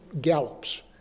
gallops